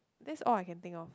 that's all I can think of